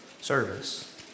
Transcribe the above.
service